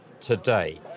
today